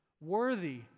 worthy